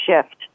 shift